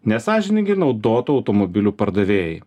nesąžiningi naudotų automobilių pardavėjai